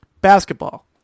Basketball